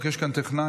התשפ"ג